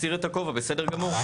מסיר את הכובע, בסדר גמור.